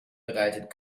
bereitet